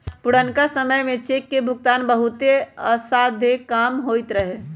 पुरनका समय में चेक के भुगतान बहुते असाध्य काम होइत रहै